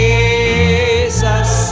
Jesus